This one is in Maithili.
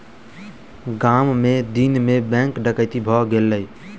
गाम मे दिन मे बैंक डकैती भ गेलै